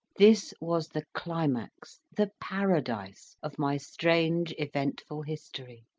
this was the climax, the paradise, of my strange eventful history.